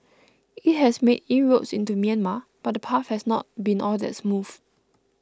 it has made inroads into Myanmar but the path has not been all that smooth